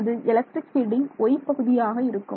அது எலக்ட்ரிக் பீல்டின் y பகுதியாக இருக்கும்